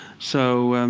so